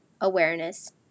awareness